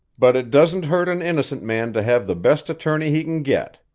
but it doesn't hurt an innocent man to have the best attorney he can get.